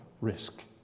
risk